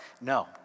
No